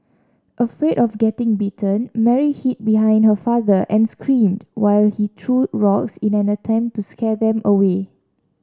afraid of getting bitten Mary hid behind her father and screamed while he threw rocks in an attempt to scare them away